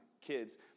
kids